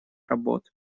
работ